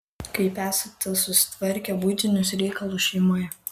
kaip esate susitvarkę buitinius reikalus šeimoje